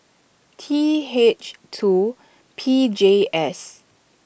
T H two P J S